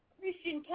Christian